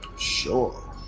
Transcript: Sure